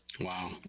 Wow